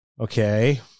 okay